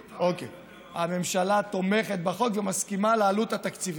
הממשלה תומכת בחוק ומסכימה לעלות התקציבית.